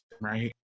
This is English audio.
right